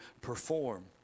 perform